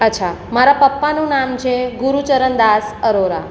અચ્છા મારા પપ્પાનું નામ છે ગુરુચરણદાસ અરોરા